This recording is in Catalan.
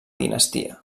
dinastia